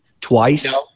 Twice